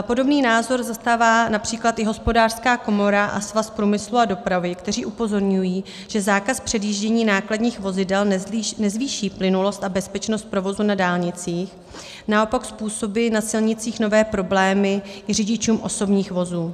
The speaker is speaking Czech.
Podobný názor zastává například i Hospodářská komora a Svaz průmyslu a dopravy, které upozorňují, že zákaz předjíždění nákladních vozidel nezvýší plynulost a bezpečnost provozu na dálnicích, naopak způsobí na silnicích nové problémy i řidičům osobních vozů.